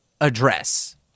address